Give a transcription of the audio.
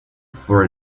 for